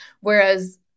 Whereas